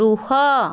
ରୁହ